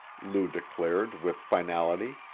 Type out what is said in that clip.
lou declared with finality.